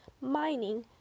mining